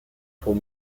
pour